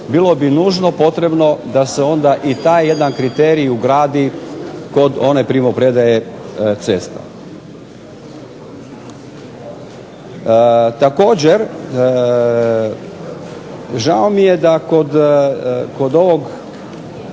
bilo bi nužno potrebno da se onda i taj jedan kriterij ugradi kod one primopredaje cesta. Također, žao mi je da kod ovog